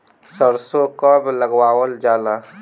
सरसो कब लगावल जाला?